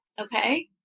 Okay